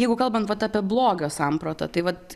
jeigu kalbant vat apie blogio sampratą tai vat